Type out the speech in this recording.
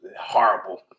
horrible